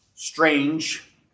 strange